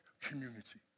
community